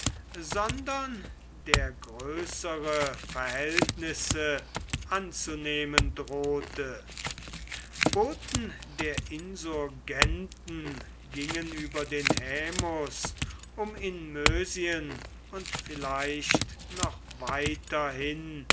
sondern der größere verhältnisse anzunehmen drohte boten der insurgenten gingen über den haemus um in mösien und vielleicht noch weiter hin